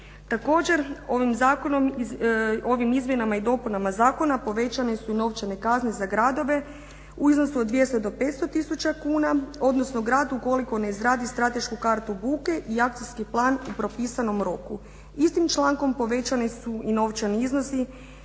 Zakonom, ovim Izmjenama i dopunama Zakona povećane su i novčane kazne za gradove u iznosu od 200 do 500 tisuća kuna, odnosno grad ukoliko ne izradi stratešku kartu buke i akcijski plan u propisanom roku. Istim člankom povećani su i novčani iznosi,